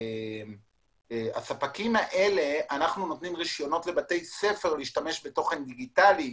אנחנו נותנים רישיונות לבתי ספר להשתמש בתוכן דיגיטלי.